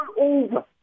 over